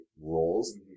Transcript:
roles